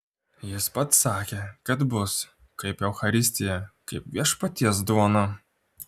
jis pats sakė kad bus kaip eucharistija kaip viešpaties duona